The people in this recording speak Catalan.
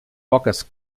poques